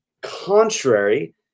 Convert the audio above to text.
contrary